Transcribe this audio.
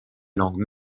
langue